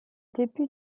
débuts